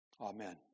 amen